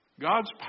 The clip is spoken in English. God's